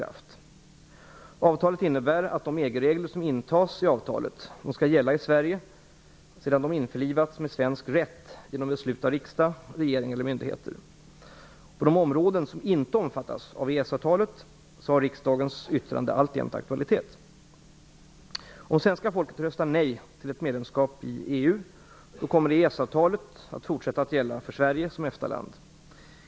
Avtalet innebär att de EG-regler som intas i avtalet skall gälla i Sverige sedan de införlivats med svensk rätt genom beslut av riksdag, regering eller myndigheter. På de områden som inte omfattas av EES-avtalet har riksdagens yttrande alltjämt aktualitet. EU kommer EES-avatalet att fortsätta att gälla för Sverige som EFTA-land.